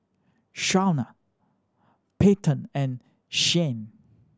Shawnna Payton and Shianne